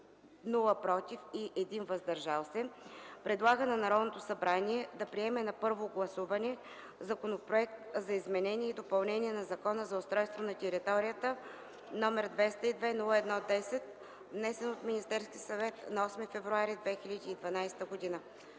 „против” и 1 „въздържал се” предлага на Народното събрание да приеме на първо гласуване Законопроект за изменение и допълнение на Закона за устройство на територията, № 202-01-10, внесен от Министерския съвет на 8 февруари 2012 г.”